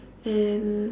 and